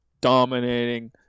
dominating